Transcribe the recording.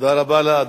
תודה רבה לאדוני.